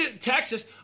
Texas